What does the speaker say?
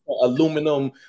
aluminum